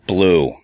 Blue